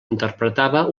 interpretava